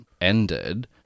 ended